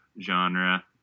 genre